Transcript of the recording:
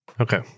Okay